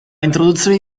introduzione